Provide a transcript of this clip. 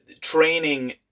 training